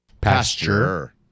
Pasture